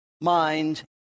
mind